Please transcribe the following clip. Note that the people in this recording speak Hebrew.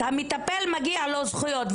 למטפל מגיעות זכויות,